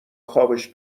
خابش